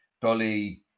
Dolly